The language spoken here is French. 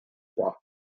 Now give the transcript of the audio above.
froid